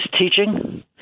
teaching